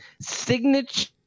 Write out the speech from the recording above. signature